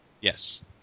yes